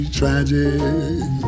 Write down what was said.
tragic